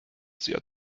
sehr